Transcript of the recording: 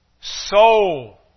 soul